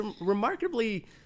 remarkably